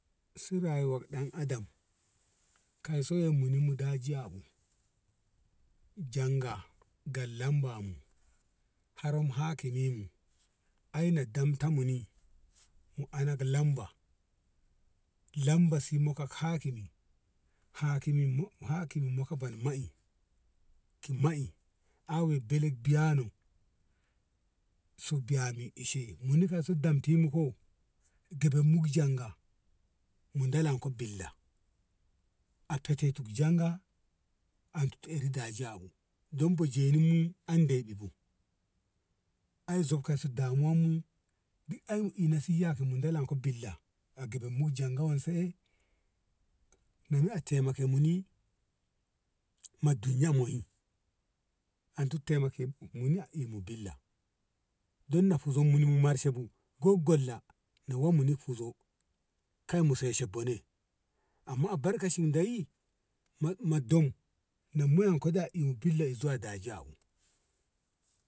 su rayyuwa dan adam kai so yo muni mu daji yabu janga ga lamba mu har hakimi mu ai na dom ta muni mu anak lamba, lamba ki si an hakimi, hakimi- hakimikoka bono ma i, ki ma i ano belen biyya no so biya ni ishe dam tini ko gebek mu ki janga mu dalan ko billa a fatetu ki janga an tu eru dajiyabu don bo jenu mu bu an zob kan su damuwa mu duk aimu ina si mu dalan ko villa a gaban mu janga wen se eh do mi a tema ke muni ma duniya moi muni a imu billa don mu fozo a mer she bu gwalla mu wan ni ki fuzo ke mu shesha bone amma albarkacin deyi ma dom zuwa dajiyabu.